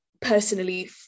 personally